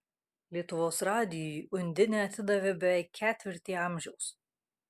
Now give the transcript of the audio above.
lietuvos radijui undinė atidavė beveik ketvirtį amžiaus